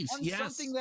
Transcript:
Yes